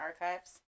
archives